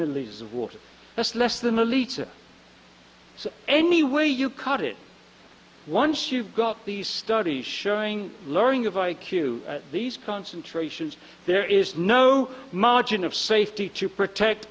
of water that's less than a liter so any way you cut it once you've got these studies showing learning of i q these concentrations there is no margin of safety to protect